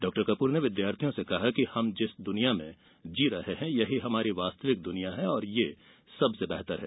डॉ कपूर ने विद्यार्थियों से कहा कि हम जिस दुनिया में जी रहे है यही हमारी वास्तविक दुनिया है और यह सबसे बेहतर है